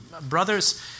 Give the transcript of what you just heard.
Brothers